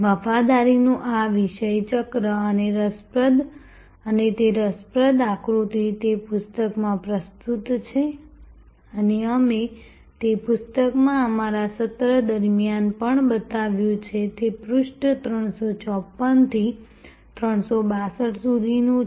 વફાદારીનું આ વિષય ચક્ર અને તે રસપ્રદ આકૃતિ જે પુસ્તકમાં પ્રસ્તુત છે અને અમે તે પુસ્તકમાં અમારા સત્ર દરમિયાન પણ બતાવ્યું છે તે પૃષ્ઠ 354 થી 362 સુધીનું છે